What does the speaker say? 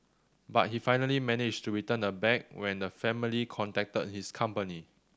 but he finally managed to return the bag when the family contacted his company